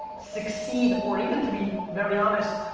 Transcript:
succeed, or even, to be very honest,